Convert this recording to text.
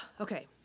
Okay